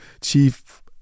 chief